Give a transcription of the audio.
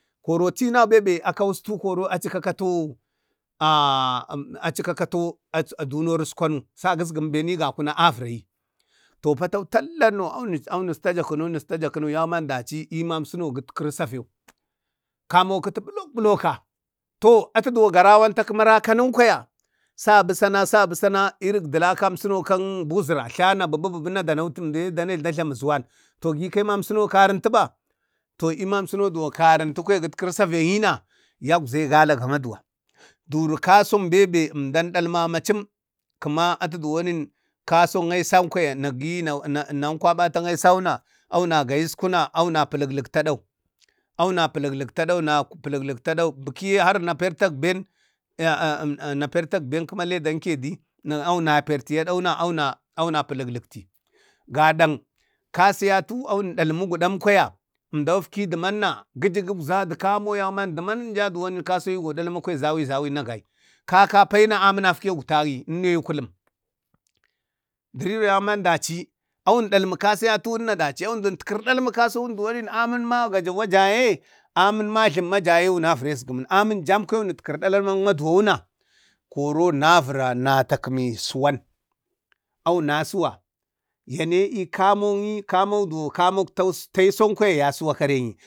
koro tinan ben bebe akawustau koro aci katau aa acika katau dunori eskwanu sa kiskigumi gakuna a vurayi to patau tallanno awunusta jakuwan wunustu jakuwan yauman daci emamsuno gitkiri savau kamo akiti bulak bulakka, to atu duwo gariwan takumu arakan kwaya sabu sana, sabu sana irik dulakanso kang buzura tlana bububu na da noti emdan dane da jlami suwan, to gi kau yimam suno karintu ba to emam suno da karintuno kitkiri savan yi na yak zay gana galagu maduwa, durak kason bee emdan dalmamacim kema atu duwonin kason ayasankwaya nanagiyi na na emdan kwabatu aisan auna auna gayiskuna auna pulikliktadau, auna pulikliktadau ek bikiye wuna partak ben aya eeamh partak ben kema ledan kediaun parte dau na awuna pulaklikti, gadank kasiyatu awun dalmu gudan kwaya emdau fki dumana giju gikza du kamo yauman duman ja duwan kason yi go dalma kwai zayai na gai kaka payi na amin afke gutanyi enno ye kulum deriwiye daci awun dalmu kasiyatuwuna daci awun duwan wunitkira dalmak kasowun duwoni amin ma gajauwa jaye amin ma jlamma jaye wuna vire esgumin amin jan kawaya wunitkiri dalalamak maduwau na koro navira na takumi suwan, awu na suwa yane ee kamo e kamo duwo kamo diye kamo tak taisan kwaya suwo karengni.